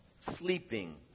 sleeping